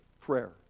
prayer